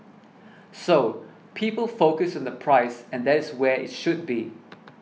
so people focus on the price and that is where it should be